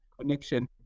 connection